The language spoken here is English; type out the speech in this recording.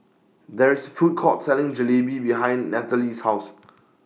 There IS Food Court Selling Jalebi behind Nathalie's House